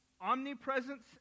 omnipresence